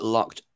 Locked